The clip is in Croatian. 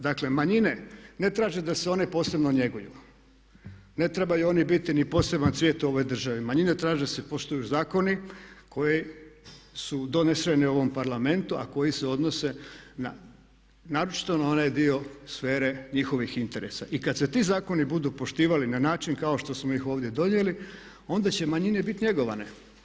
Dakle, manjine ne traže da se one posebno njeguju, ne trebaju one biti ni poseban cvijet u ovoj državi, manjine traže da se poštuju zakoni koji su doneseni u ovom Parlamentu a koji se donose naročito na onaj dio sfere njihovih interesa i kad se ti zakoni budu poštivali na način kao što smo ih ovdje donijeli onda će manjine biti njegovane.